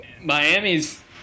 Miami's